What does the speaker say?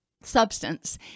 substance